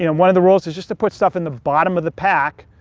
and one of the rules is just to put stuff in the bottom of the pack,